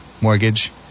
Mortgage